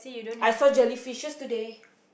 I saw jellyfishes today